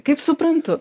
kaip suprantu